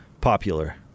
popular